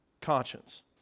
conscience